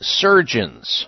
surgeons